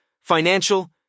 financial